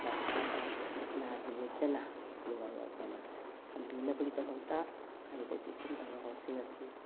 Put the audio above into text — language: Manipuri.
ꯃꯁꯥꯗ ꯅꯥꯗ ꯌꯦꯛꯇꯅ ꯅꯨꯡꯉꯥꯏ ꯌꯥꯏꯐꯅ ꯊꯝꯕꯤꯅꯕꯒꯤꯗꯃꯛꯇ ꯍꯥꯏꯔꯤꯕ ꯆꯦꯛꯁꯤꯟ ꯊꯧꯔꯥꯡꯁꯤꯡ ꯑꯁꯤ